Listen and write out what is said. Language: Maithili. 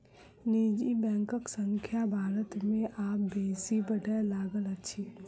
निजी बैंकक संख्या भारत मे आब बेसी बढ़य लागल अछि